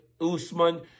Usman